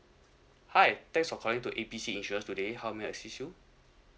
hi thanks for calling to A B C insurance today how may I assist you